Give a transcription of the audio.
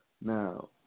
Now